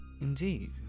Indeed